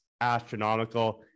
astronomical